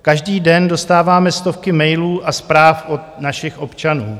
Každý den dostáváme stovky mailů a zpráv od našich občanů.